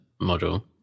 model